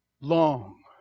Long